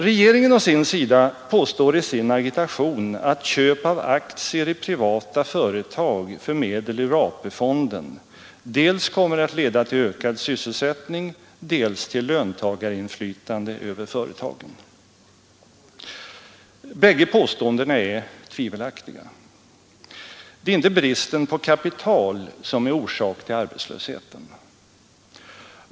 Regeringen å sin sida påstår i sin agitation att köp av aktier i privata företag för medel ur AP-fonden kommer att leda dels till ökad dena är tvivelaktiga. Det är inte bristen på kapital som är orsak till Torsdagen den arbetslösheten.